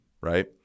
right